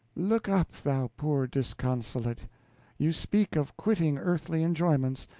look up, thou poor disconsolate you speak of quitting earthly enjoyments.